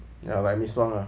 ya like this one lah